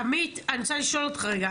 עמית, אני רוצה לשאול אותך רגע.